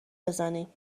بزنیم